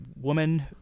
woman